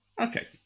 Okay